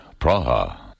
Praha